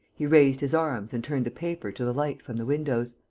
he raised his arms and turned the paper to the light from the windows.